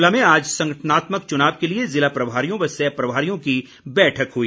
शिमला में आज संगठनात्मक चुनाव के लिए ज़िला प्रभारियों व सह प्रभारियों की बैठक हुई